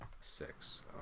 Six